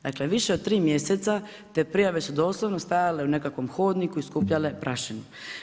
Dakle, više od 3 mjeseca, te prijave su doslovno stajale u nekakvom hodniku i skupljale prašinu.